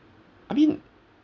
I mean